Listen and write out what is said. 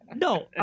No